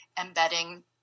embedding